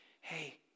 hey